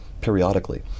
periodically